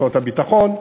הוצאות הביטחון,